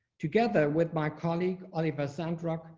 together with my colleague oliver sandra.